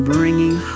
Bringing